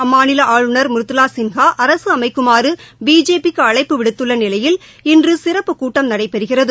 அம்மாநில ஆளுநர் மிருதுளாசின்ஹாஅரசுஅமைக்குமாறுபிஜேபிக்குஅழைப்பு விடுத்துள்ளநிலையில் இன்றுசிறப்பு கூட்டம் நடைபெறுகிறது